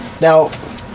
now